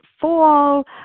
fall